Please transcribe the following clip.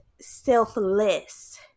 selfless